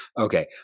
Okay